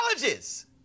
colleges